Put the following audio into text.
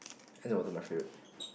ice and water my favourite